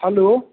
hello